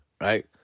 right